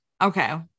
Okay